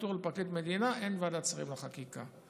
איתור לפרקליט המדינה אין ועדת שרים לחקיקה.